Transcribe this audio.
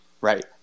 right